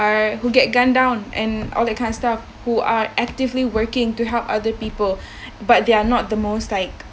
are who get gunned down and all that kind of stuff who are actively working to help other people but they are not the most like